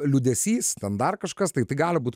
liūdesys ten dar kažkas tai tai gali būt